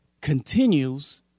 continues